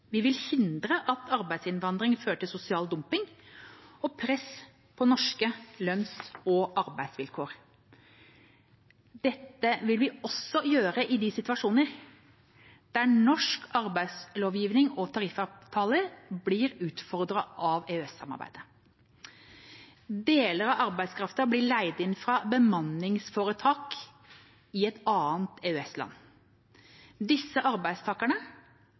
Vi vil hindre at arbeidsinnvandring fører til sosial dumping og press på norske lønns- og arbeidsvilkår. Dette vil vi også gjøre i de situasjonene der norsk arbeidslovgivning og tariffavtaler blir utfordret av EØS-samarbeidet. Deler av arbeidskraften blir leid inn fra bemanningsforetak i et annet EØS-land. Disse arbeidstakerne